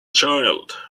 child